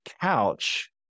couch